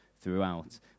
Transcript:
throughout